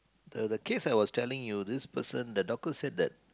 the the case I was telling you this person the doctor said that